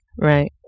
Right